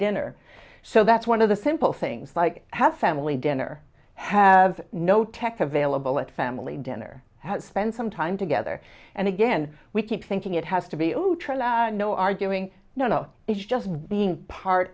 dinner so that's one of the simple things like has a family dinner have no tech available at family dinner spend some time together and again we keep thinking it has to be ultra law no arguing no no it's just being part